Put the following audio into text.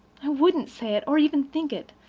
i wouldn't say it, or even think it.